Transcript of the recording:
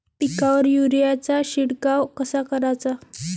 पिकावर युरीया चा शिडकाव कसा कराचा?